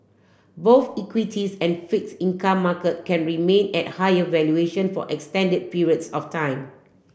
both equities and fix income market can remain at higher valuation for extended periods of time